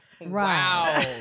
Wow